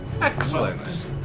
Excellent